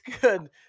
good